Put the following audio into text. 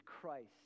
Christ